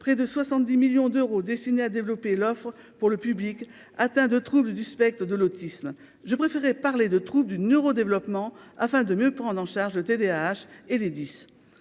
près de 70 millions d'euros destinés à développer l'offre pour le public, atteint de troubles du spectre de l'autisme, je préférerais parler de trouble du neuro-développement afin de mieux prendre en charge de TDAH et les